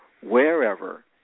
wherever